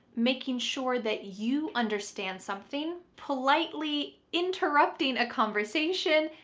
making sure that you understand something politely interrupting a conversation,